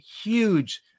huge